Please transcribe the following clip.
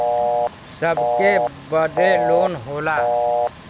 सबके बदे लोन होला